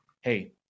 hey